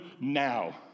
now